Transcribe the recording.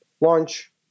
launch